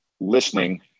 listening